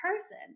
person